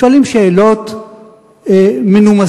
שואלים שאלות מנומסות,